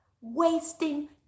wasting